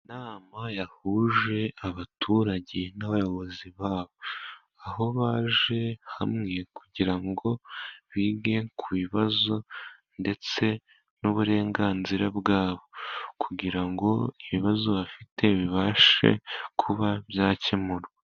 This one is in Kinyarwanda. Inama yahuje abaturage n'abayobozi babo, aho baje hamwe kugira ngo bige ku bibazo ndetse n'uburenganzira bwabo, kugira ngo ibibazo bafite bibashe kuba byakemurwa.